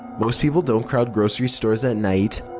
most people don't crowd grocery stores at night,